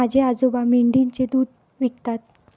माझे आजोबा मेंढीचे दूध विकतात